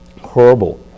Horrible